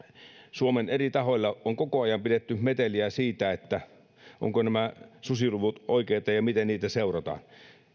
suomen eri tahoilla on koko ajan pidetty meteliä siitä ovatko nämä susiluvut oikeita ja ja miten niitä seurataan